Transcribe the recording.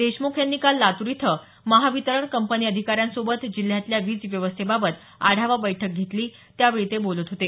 देशमुख यांनी काल लातूर इथं महावितरण कंपनी अधिकाऱ्यांसोबत जिल्ह्यातल्या वीज व्यवस्थेबाबत आढावा बैठक घेतली त्यावेळी ते बोलत होते